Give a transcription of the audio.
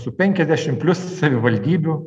su penkiasdešim plius savivaldybių